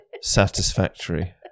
satisfactory